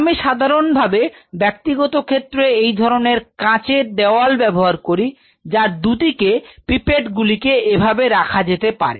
আমি সাধারণভাবে ব্যক্তিগত ক্ষেত্রে এই ধরনের কাচের দেওয়াল ব্যবহার করি যার দুদিকে পিপেট গুলি এভাবে রাখা যেতে পারে